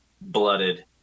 blooded